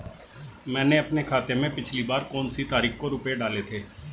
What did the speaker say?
मैंने अपने खाते में पिछली बार कौनसी तारीख को रुपये डाले थे?